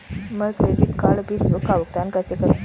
मैं credit card bill का भुगतान कैसे करूं?